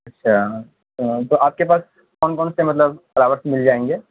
اچھا تو ہم کو آپ کے پاس کون کون سے مطلب فلاورس مل جائیں گے